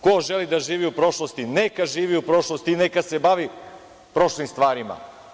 Ko želi da živi u prošlosti, neka živi u prošlosti i neka se bavi prošlim stvarima.